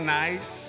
nice